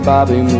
Bobby